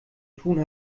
tun